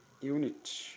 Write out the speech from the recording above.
unit